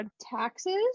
taxes